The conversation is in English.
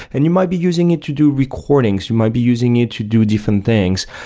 and you might be using it to do recordings, you might be using it to do different things,